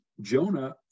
Jonah